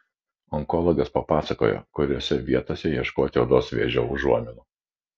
onkologas papasakojo kuriose vietose ieškoti odos vėžio užuominų